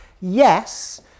yes